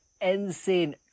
insane